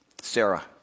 Sarah